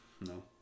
No